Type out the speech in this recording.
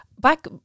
back